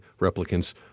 replicants